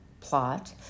plot